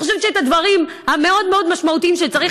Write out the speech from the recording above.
אני חושבת שאת הדברים המאוד-מאוד משמעותיים שצריך